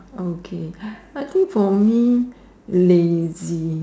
okay I think for me lazy